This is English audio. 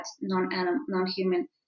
non-human